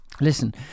Listen